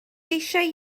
eisiau